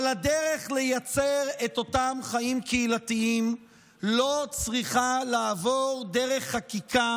אבל הדרך לייצר את אותם חיים קהילתיים לא צריכה לעבור דרך חקיקה